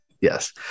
Yes